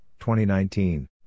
2019